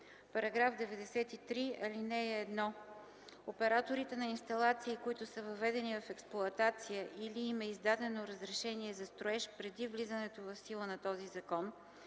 става § 93: „§ 93. (1) Операторите на инсталации, които са въведени в експлоатация или им е издадено разрешение за строеж преди влизането в сила на този закон